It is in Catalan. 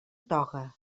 toga